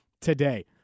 today